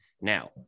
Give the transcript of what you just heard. Now